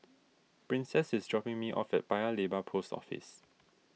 princess is dropping me off at Paya Lebar Post Office